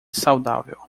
saudável